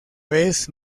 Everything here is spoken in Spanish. vez